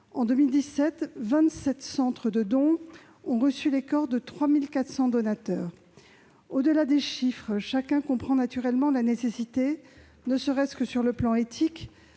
En 2017, 27 centres de dons ont reçu les corps de 3 400 donateurs. Au-delà des chiffres, chacun comprend naturellement la nécessité, ne serait-ce que sur le plan éthique,